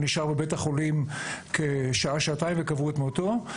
הוא נשאר בבית החולים כשעה שעתיים וקבעו את מותו.